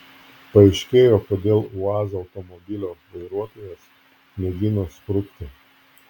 paaiškėjo kodėl uaz automobilio vairuotojas mėgino sprukti